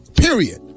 Period